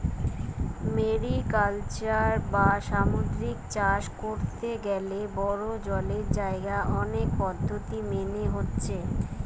mariculture বা সামুদ্রিক চাষ কোরতে গ্যালে বড়ো জলের জাগায় অনেক পদ্ধোতি মেনে হচ্ছে